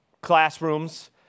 classrooms